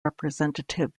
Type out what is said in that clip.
representative